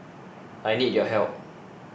I need your help